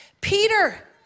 Peter